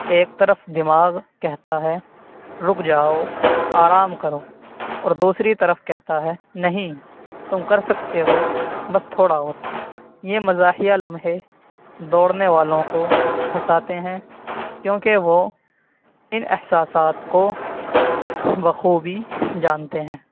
ایک طرف دماغ کہتا ہے رک جاؤ آرام کرو اور دوسری طرف کہتا ہے نہیں تم کر سکتے ہو بس تھوڑا اور یہ مزاحیہ لمحے دوڑنے والوں کو ہنساتے ہیں کیوںکہ وہ ان احساسات کو بخوبی جانتے ہیں